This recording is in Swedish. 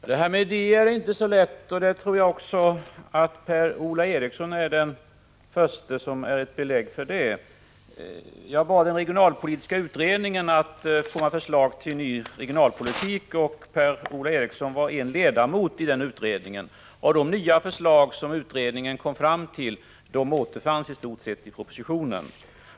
Herr talman! Detta med idéer är inte så lätt — jag tror att särskilt Per-Ola Eriksson är ett belägg för det. Jag bad den regionalpolitiska utredningen att komma med förslag till en ny regionalpolitik, och Per-Ola Eriksson var en ledamot i den utredningen. De nya förslag som utredningen kom fram till återfanns i stort sett i propositionen.